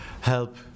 help